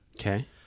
Okay